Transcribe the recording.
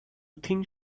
think